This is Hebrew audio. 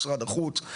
משרד החוץ,